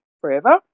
forever